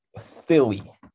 Philly